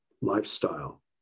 lifestyle